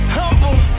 humble